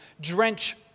drench